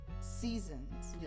seasons